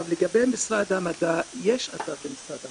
לגבי משרד המדע, יש אתר במשרד המדע.